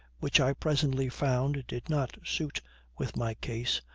which i presently found did not suit with my case,